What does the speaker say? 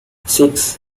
six